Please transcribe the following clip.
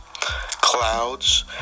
Clouds